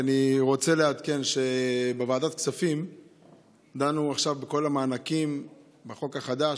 אני רק רוצה לעדכן שבוועדת הכספים דנו עכשיו בכל המענקים בחוק החדש,